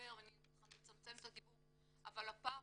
מעט מאוד דוברי שפה.